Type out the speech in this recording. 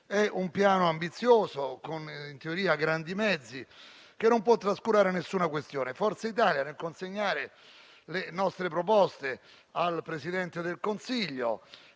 È un Piano ambizioso, con in teoria grandi mezzi, che non può trascurare alcuna questione. Forza Italia, nel consegnare le sue proposte al Presidente del Consiglio,